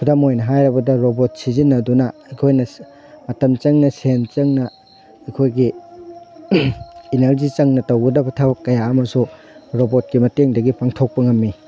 ꯈꯨꯗꯝ ꯑꯣꯏꯅ ꯍꯥꯏꯔꯕꯗ ꯔꯣꯕꯣꯠ ꯁꯤꯖꯤꯟꯅꯗꯨꯅ ꯑꯩꯈꯣꯏꯅ ꯃꯇꯝ ꯆꯪꯅ ꯁꯦꯟ ꯆꯪꯅ ꯑꯩꯈꯣꯏꯒꯤ ꯏꯅꯔꯖꯤ ꯆꯪꯅ ꯇꯧꯒꯗꯕ ꯊꯕꯛ ꯀꯌꯥ ꯑꯃꯁꯨ ꯔꯣꯕꯣꯠꯀꯤ ꯃꯇꯦꯡꯗꯒꯤ ꯄꯥꯡꯊꯣꯛꯄ ꯉꯝꯏ